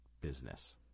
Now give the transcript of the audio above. business